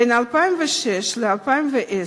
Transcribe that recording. בין 2006 ל-2010,